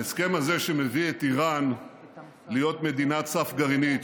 ההסכם הזה מביא את איראן להיות מדינת סף גרעינית,